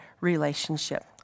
relationship